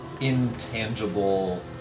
intangible